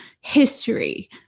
history